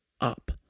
up